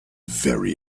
very